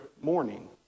morning